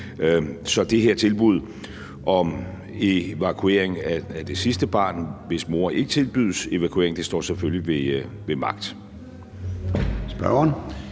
Så det her tilbud om evakuering af det sidste barn, hvis mor ikke tilbydes evakuering, står selvfølgelig ved magt.